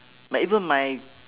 my even my